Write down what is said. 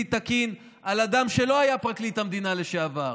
תקין של אדם שלא היה פרקליט המדינה לשעבר.